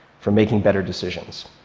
for making better decisions.